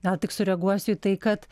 gal tik sureaguosiu į tai kad